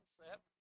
concept